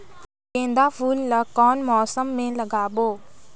गेंदा फूल ल कौन मौसम मे लगाबो?